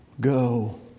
go